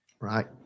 Right